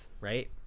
right